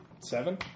Seven